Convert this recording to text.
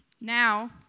now